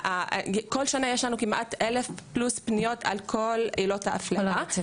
וכל שנה יש לנו כמעט 1,000 פלוס פניות על כל עילות ההפניה.